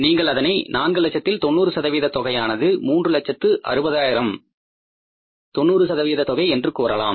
நீங்கள் அதனை 4 லட்சத்தில் 90 சதவீத தொகையான 3 லட்சத்து 60 ஆயிரம் 100 சதவீத தொகை என்று கூறலாம்